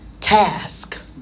task